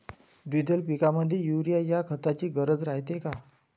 द्विदल पिकामंदी युरीया या खताची गरज रायते का?